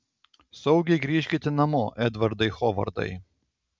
saugiai grįžkite namo edvardai hovardai